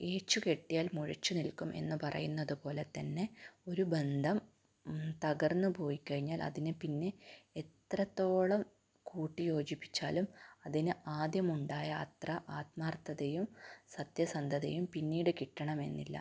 ഏച്ചു കെട്ടിയാൽ മുഴച്ചു നിൽക്കും എന്ന് പറയുന്നത് പോലെ തന്നെ ഒരു ബന്ധം തകർന്ന് പോയി കഴിഞ്ഞാൽ അതിനെ പിന്നെ എത്രത്തോളം കൂട്ടി യോജിപ്പിച്ചാലും അതിന് ആദ്യം ഉണ്ടായ അത്ര ആത്മാർത്ഥതയും സത്യസന്ധതയും പിന്നീട് കിട്ടണമെന്നില്ല